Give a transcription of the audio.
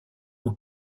ont